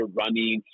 running